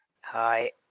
Hi